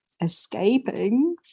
escaping